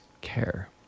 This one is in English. care